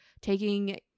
taking